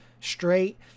straight